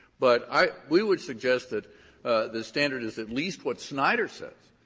but i we would suggest that the standard is at least what snyder says,